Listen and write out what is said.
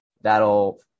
that'll –